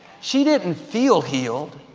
she didn't feel healed,